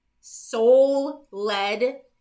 soul-led